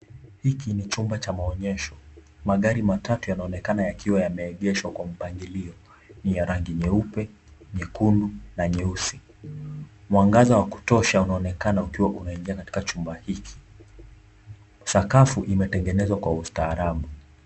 Hiki ni chumba cha maonyesho. Magari matatu yanaonekana yakiwa yameegeshwa kwa mpangilio. Ni ya rangi nyeupe, nyekundu na nyeusi. Mwangaza wa kutosha unaonekana ukiwa umeingia katika chumba hiki. Sakafu imetengenezwa kwa ustaarabu.